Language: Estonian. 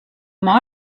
oma